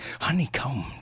honeycombed